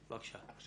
יש